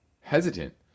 hesitant